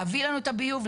להביא לנו את הביוב,